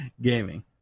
gaming